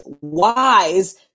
wise